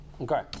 Okay